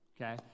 okay